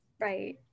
Right